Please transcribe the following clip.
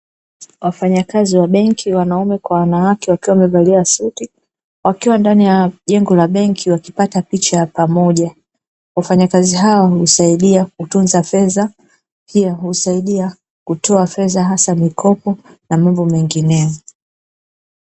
Wafanyakazi wa benki (wanaume kwa wanawake) wakiwa wamevalia suti wakiwa ndani ya jengo la benki wakipata picha ya pamoja. Wafanyakazi hawa husaidia kutunza fedha pia husaidia kutoa fedha hasa mikopo na mambo mengineyo.